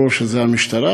שבהם ברור שזו המשטרה,